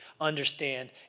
understand